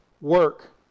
work